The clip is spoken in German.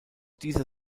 dieser